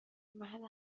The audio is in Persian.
مرد